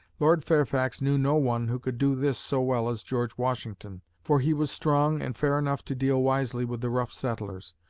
lord fairfax knew no one who could do this so well as george washington, for he was strong and fair enough to deal wisely with the rough settlers.